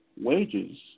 wages